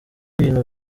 ibintu